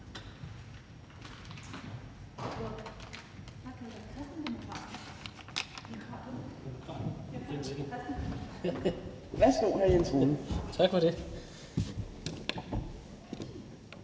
Tak for det.